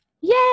yay